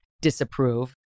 disapprove